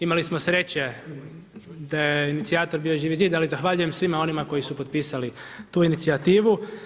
Imali smo sreće, da je inicijator bio Živi zid, ali zahvaljujem svima onima koji su potpisali tu inicijativu.